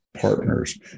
partners